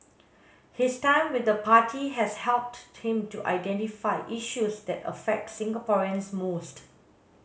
his time with the party has helped him to identify issues that affect Singaporeans most